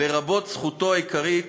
לרבות זכותו העיקרית: